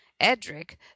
edric